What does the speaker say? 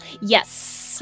Yes